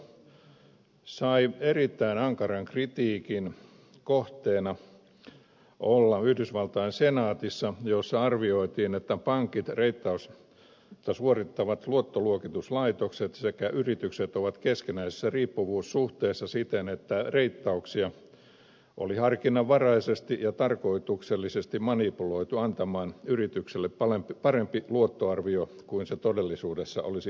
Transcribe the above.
reittaus sai olla erittäin ankaran kritiikin kohteena yhdysvaltain senaatissa jossa arvioitiin että pankit reittausta suorittavat luottoluokituslaitokset sekä yritykset ovat keskinäisessä riippuvuussuhteessa siten että reittauksia oli harkinnanvaraisesti ja tarkoituksellisesti manipuloitu antamaan yrityksille parempi luottoarvio kuin ne todellisuudessa olisivat ansainneet